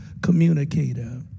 communicator